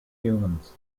humans